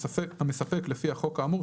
המספק לפי החוק האמור,